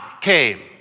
came